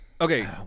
Okay